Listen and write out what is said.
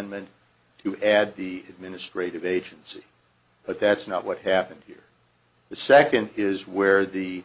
ment to add the administrative agency but that's not what happened here the second is where the